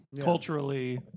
culturally